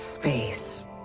Space